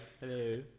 Hello